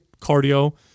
cardio